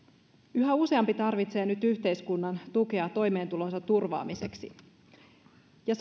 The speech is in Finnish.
yhä useampi tarvitsee nyt yhteiskunnan tukea toimeentulonsa turvaamiseksi ja